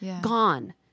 Gone